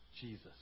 Jesus